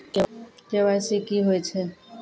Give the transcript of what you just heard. KYC की होय छै?